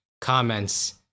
comments